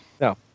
No